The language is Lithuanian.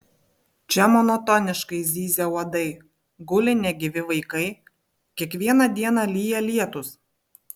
čia monotoniškai zyzia uodai guli negyvi vaikai kiekvieną dieną lyja lietūs